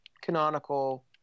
canonical